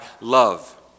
love